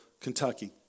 Kentucky